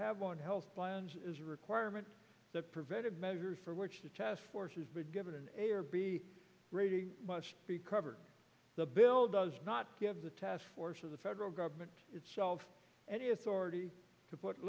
have on health plans is a requirement that preventive measures for which the task force has been given an a or b grade b cover the bill does not give the task force of the federal government itself any authority to put